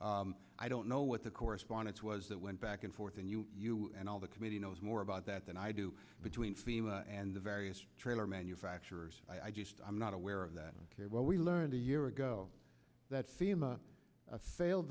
i don't know what the correspondence was that went back and forth and you you and all the committee knows more about that than i do between fema and the various trailer manufacturers i just i'm not aware of that care what we learned a year ago that seem a failed